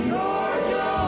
Georgia